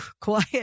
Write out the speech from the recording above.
quiet